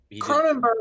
cronenberg